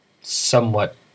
somewhat